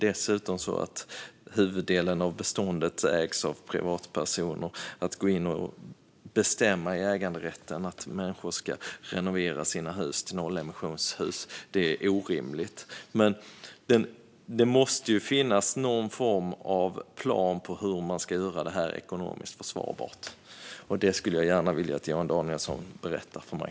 Dessutom ägs huvuddelen av beståndet av privatpersoner, och det är orimligt att gå in och bestämma i äganderätten och säga att människor ska renovera sina hus till nollemissionshus. Det måste finnas någon form av plan för hur man ska göra det här ekonomiskt försvarbart. Det skulle jag gärna vilja att Johan Danielsson berättade för mig.